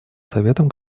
советом